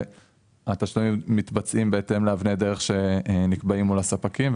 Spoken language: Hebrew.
והתשלומים מתבצעים בהתאם לאבני דרך שנקבעות מול הספקים.